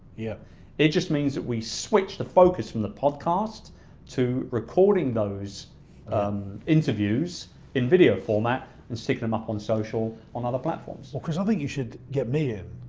yeah it just means that we switch the focus from the podcast to recording those interviews in video format and stick them up on social, on other platforms. well, chris, i think you should get me in,